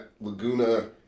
Laguna